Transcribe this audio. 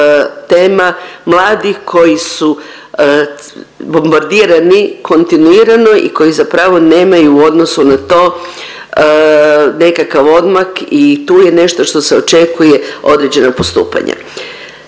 tema mladi koji su bombardirani kontinuirano i koji zapravo nemaju u odnosu na to nekakav odmak i tu je nešto što se očekuje određena postupanja.